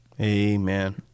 Amen